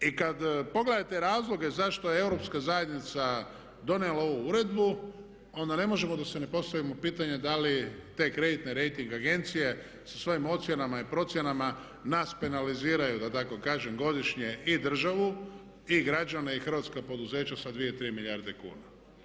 I kad pogledate razloga zašto je Europska zajednica donijela ovu uredbu onda ne možemo da se ne postavimo pitanje da li te kreditne rejting agencije su svojim ocjenama i procjenama nas penaliziraju da tako kažem godišnje i državu i građane i hrvatska poduzeća sa 2, 3 milijarde kuna.